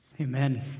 Amen